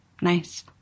nice